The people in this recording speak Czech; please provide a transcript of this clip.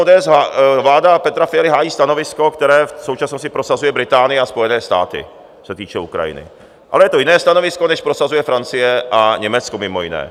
ODS a vláda Petra Fialy vlastně hájí stanovisko, které v současnosti prosazuje Británie a Spojené státy, co se týče Ukrajiny, ale je to jiné stanovisko, než prosazuje Francie a Německo, mimo jiné.